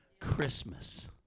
Christmas